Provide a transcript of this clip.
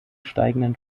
steigenden